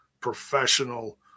professional